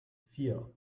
vier